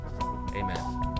Amen